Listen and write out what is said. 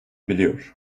biliyor